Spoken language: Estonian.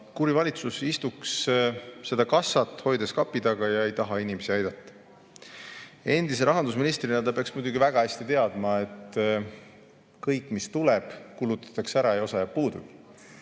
kuri valitsus istuks seda kassat hoides kapi taga ega tahaks inimesi aidata. Endise rahandusministrina ta peaks muidugi väga hästi teadma, et kõik, mis tuleb, kulutatakse ära ja osa jääb puudugi.